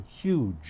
huge